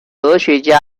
哲学家